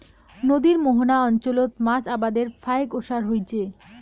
নদীর মোহনা অঞ্চলত মাছ আবাদের ফাইক ওসার হইচে